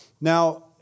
Now